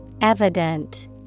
Evident